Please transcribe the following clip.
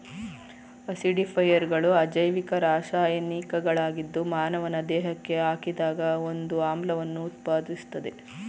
ಆಸಿಡಿಫೈಯರ್ಗಳು ಅಜೈವಿಕ ರಾಸಾಯನಿಕಗಳಾಗಿದ್ದು ಮಾನವನ ದೇಹಕ್ಕೆ ಹಾಕಿದಾಗ ಒಂದು ಆಮ್ಲವನ್ನು ಉತ್ಪಾದಿಸ್ತದೆ